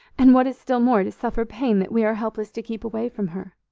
and, what is still more, to suffer pain that we are helpless to keep away from her.